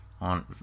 on